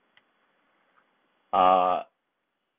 uh